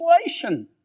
inflation